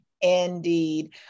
indeed